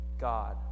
God